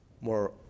more